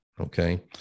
Okay